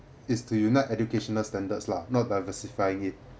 is to unite educational standards lah not diversifying it